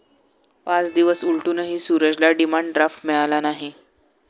पाच दिवस उलटूनही सूरजला डिमांड ड्राफ्ट मिळाला नाही